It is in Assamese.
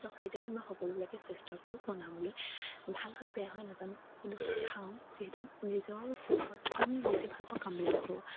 ত' খাদ্যৰ ভিতৰত মই সকলোবিলাকেই চেষ্টা কৰোঁ বনাবলৈ ভাল হয় বেয়া হয় নাজানোঁ কিন্তু খাওঁ যিহেতু নিজৰ সুখৰ বাবে নিজে ভালপোৱা কামবিলাক কৰোঁ